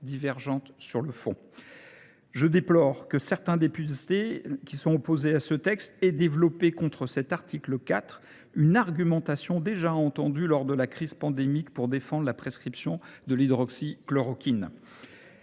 divergentes sur le fond. Je déplore que certains députés opposés à ce texte aient développé contre cet article une argumentation déjà entendue lors de la crise pandémique pour défendre la prescription d’hydroxychloroquine.